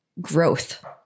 growth